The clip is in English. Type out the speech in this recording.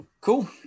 Cool